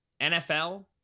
NFL